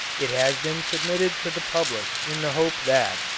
it has been submitted to the public in the hope that,